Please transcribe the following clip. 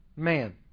Man